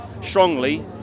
strongly